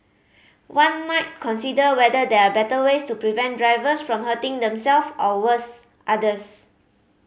one might consider whether there are better ways to prevent drivers from hurting themselves or worse others